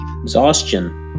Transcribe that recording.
Exhaustion